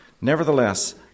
Nevertheless